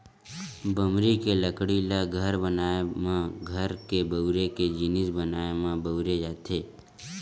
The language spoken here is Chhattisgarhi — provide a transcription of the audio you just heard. बमरी के लकड़ी ल घर बनाए म, घर के बउरे के जिनिस बनाए म बउरे जाथे